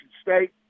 State